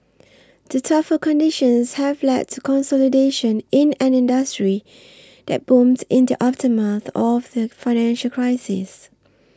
the tougher conditions have led to consolidation in an industry that booms in the aftermath of the financial crisis